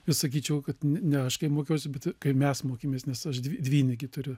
ir sakyčiau kad ne aš kai mokiausi bet kai mes mokėmės nes aš dvi dvynį gi turiu